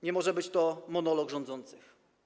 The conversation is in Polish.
Nie może być to monolog rządzących.